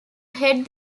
head